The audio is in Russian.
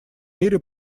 мире